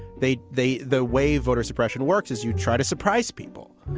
they they the way voter suppression works is you try to surprise people.